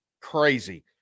crazy